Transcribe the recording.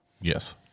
yes